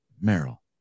Merrill